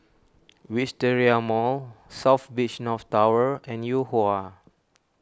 Wisteria Mall South Beach North Tower and Yuhua